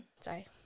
sorry